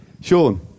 Sean